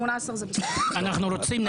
אנחנו רוצים נציג שלישי.